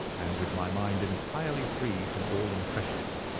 and with my mind entirely free from all impressions.